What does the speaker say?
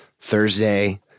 Thursday